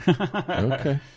Okay